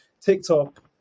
TikTok